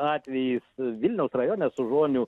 atvejis vilniaus rajone sužonių